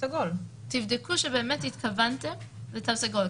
תבדקו שבאמת התכוונתם לתו סגול.